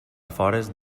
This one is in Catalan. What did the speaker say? afores